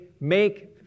make